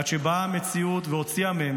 עד שבאה המציאות והוציאה מהם,